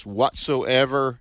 whatsoever